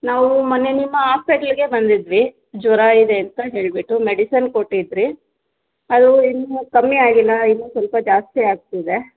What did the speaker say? ನಾವು ಮೊನ್ನೆ ನಿಮ್ಮ ಆಸ್ಪೆಟ್ಲಿಗೆ ಬಂದಿದ್ವಿ ಜ್ವರ ಇದೆ ಅಂತ ಹೇಳಿಬಿಟ್ಟು ಮೆಡಿಸನ್ ಕೊಟ್ಟಿದ್ದಿರಿ ಅದು ಇನ್ನೂ ಕಮ್ಮಿ ಆಗಿಲ್ಲ ಇನ್ನೂ ಸ್ವಲ್ಪ ಜಾಸ್ತಿ ಆಗ್ತಿದೆ